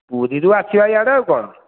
ପୁରୀରୁ ଆସିବା ଏଆଡେ ଆଉ କ'ଣ